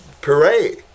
parade